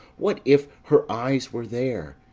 what if her eyes were there,